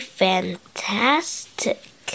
fantastic